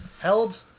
Held